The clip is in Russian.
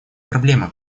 проблема